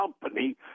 company